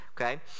Okay